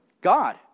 God